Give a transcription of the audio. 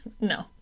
No